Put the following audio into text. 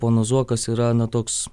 ponas zuokas yra toks